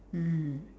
mmhmm